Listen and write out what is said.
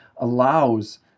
allows